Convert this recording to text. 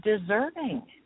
deserving